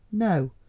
no,